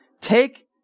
Take